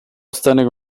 standing